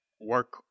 work